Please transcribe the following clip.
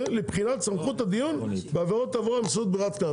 לבחינת סמכות הדיון בעבירות תעבורה מסוג ברירת קנס,